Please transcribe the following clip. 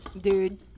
Dude